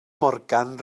morgan